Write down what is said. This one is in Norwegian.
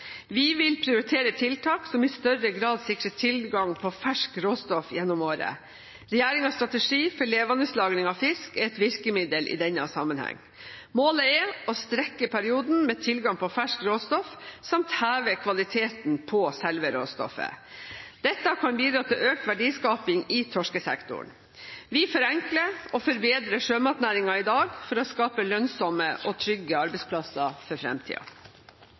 Vi vil prioritere tiltak som i større grad sikrer tilgang på ferskt råstoff gjennom året. Regjeringens strategi for levendelagring av fisk er et virkemiddel i denne sammenheng. Målet er å strekke perioden med tilgang på ferskt råstoff samt heve kvaliteten på selve råstoffet. Dette kan bidra til økt verdiskaping i torskesektoren. Vi forenkler og forbedrer sjømatnæringen i dag for å skape lønnsomme og trygge arbeidsplasser for